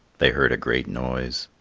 they heard a great noise.